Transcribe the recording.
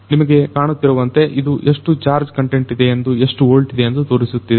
ನಿಮಗೆ ಕಾಣುತ್ತಿರುವಂತೆ ಇದು ಎಷ್ಟು ಚಾರ್ಜ್ ಕಂಟೆಂಟ್ ಇದೆಯೆಂದು ಎಷ್ಟು ವೊಲ್ಟ್ ಇದೆಯೆಂದು ತೋರಿಸುತ್ತಿದೆ